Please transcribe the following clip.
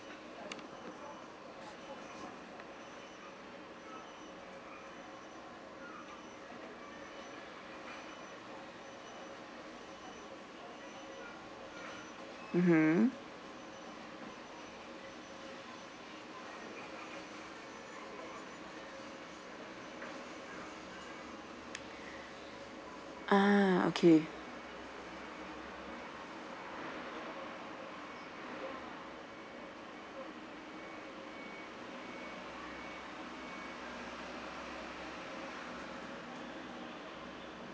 mmhmm ah okay